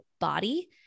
body